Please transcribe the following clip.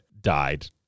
died